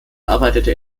arbeitete